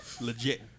legit